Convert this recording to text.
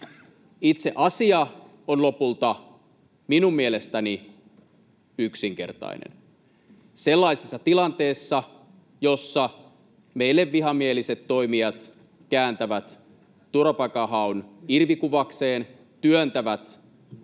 Itse asia on lopulta minun mielestäni yksinkertainen. Sellaisessa tilanteessa, jossa meille vihamieliset toimijat kääntävät turvapaikanhaun irvikuvakseen, työntävät joukoittain